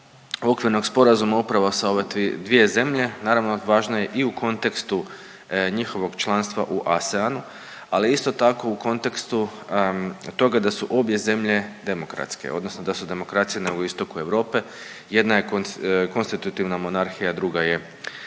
okvirnog sporazuma upravo sa ove dvije zemlje. Naravno važna je i u kontekstu njihovog članstva u ASEAN-u, ali isto tako u kontekstu toga da su obje zemlje demokratske, odnosno da su demokracije na istoku Europe. Jedna je konstitutivna monarhija, druga je